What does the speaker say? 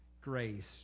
Grace